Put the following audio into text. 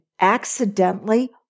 accidentally